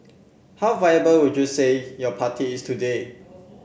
how viable would you say your party is today